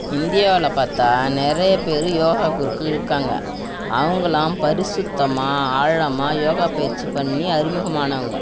இந்தியாவில் பார்த்தா நிறைய பேர் யோகா குருக்கள் இருக்காங்க அவங்கள்லாம் பரிசுத்தமாக ஆழமாக யோகா பயிற்சி பண்ணி அறிமுகம் ஆனவங்க